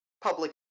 public